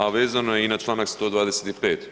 A vezano je i na čl. 125.